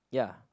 ya